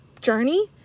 journey